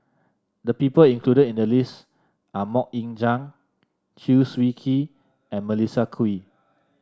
the people included in the list are MoK Ying Jang Chew Swee Kee and Melissa Kwee